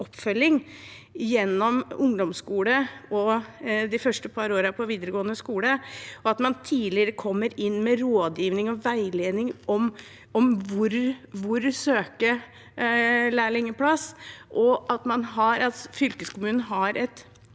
oppfølging gjennom ungdomsskole og de første par årene på videregående skole, tenker jeg at man kommer tidligere inn med rådgivning og veiledning om hvor man bør søke lærlingplass, og at fylkeskommunen har et